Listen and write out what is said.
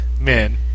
Men